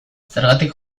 zergatik